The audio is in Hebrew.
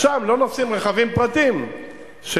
אז שם לא נוסעים רכבים פרטיים שלא